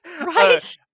right